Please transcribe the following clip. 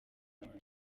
wanjye